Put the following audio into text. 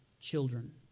children